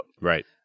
Right